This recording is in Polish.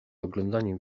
oglądaniem